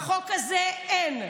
בחוק הזה אין,